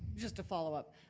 just to follow up.